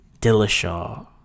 Dillashaw